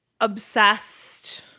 Obsessed